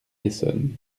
essonnes